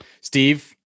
Steve